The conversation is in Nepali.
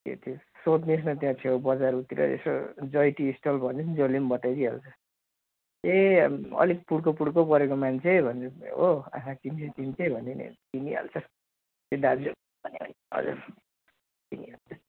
त्यो त्यो सोध्नुहोस् न त्यहाँ छेउ बजारहरूतिर यसो जय टी स्टल भन्नु नि जसले पनि बताइदिई हाल्छ ए अलिक पुड्को पुड्को परेको मान्छे भन्नुहोस् हो आँखा चिम्से चिम्से भन्यो भने चिनिहाल्छ त्यो दाजु भनेर हजुर चिनिहाल्छ